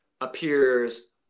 appears